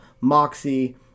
Moxie